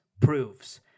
proves